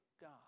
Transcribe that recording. God